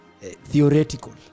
theoretical